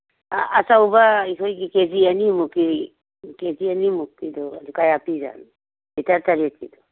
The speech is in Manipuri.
ꯑꯆꯧꯕ ꯑꯩꯈꯣꯏꯒꯤ ꯀꯦꯖꯤ ꯑꯅꯤꯃꯨꯛꯀꯤ ꯀꯦꯖꯤ ꯑꯅꯤꯃꯨꯛꯀꯤꯗꯨ ꯀꯌꯥ ꯄꯤꯔꯤ ꯖꯥꯠꯅꯣ ꯂꯤꯇꯔ ꯇꯔꯦꯠꯀꯤꯗꯣ